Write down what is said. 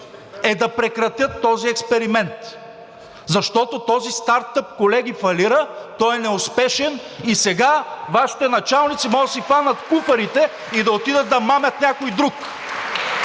е да прекратят този експеримент, защото този startup, колеги, фалира, той е неуспешен и сега Вашите началници могат да си хванат куфарите и да отидат и да мамят някой друг.